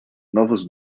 novos